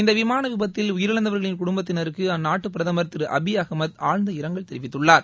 இந்த விமான விபத்தில் உயிரிழந்தவர்களின் குடும்பத்தினருக்கு அந்நாட்டு பிரதமர் திரு அபி அகமத் ஆழ்ந்த இரங்கல் தெரிவித்துள்ளார்